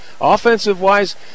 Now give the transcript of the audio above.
Offensive-wise